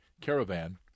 caravan